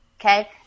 okay